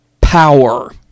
power